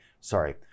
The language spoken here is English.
sorry